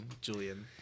Julian